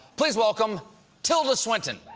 please welcome tilda swinton!